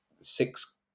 six